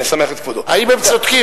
אני אשמח את כבודו, האם הם צודקים?